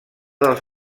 dels